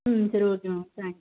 ம் சரி okay ma'am thanks